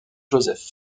joseph